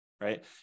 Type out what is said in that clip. right